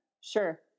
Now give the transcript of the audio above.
Sure